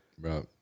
Right